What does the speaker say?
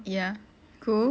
ya cool